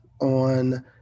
on